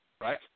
right